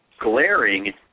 glaring